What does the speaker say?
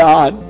God